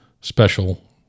special